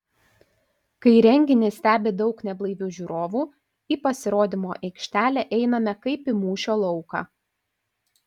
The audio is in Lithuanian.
kai renginį stebi daug neblaivių žiūrovų į pasirodymo aikštelę einame kaip į mūšio lauką